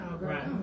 Right